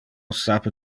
sape